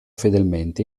fedelmente